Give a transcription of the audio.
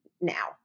now